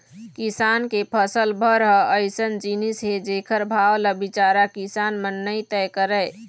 किसान के फसल भर ह अइसन जिनिस हे जेखर भाव ल बिचारा किसान मन नइ तय करय